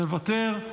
מוותר,